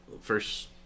First